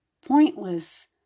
pointless